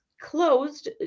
closed